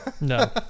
No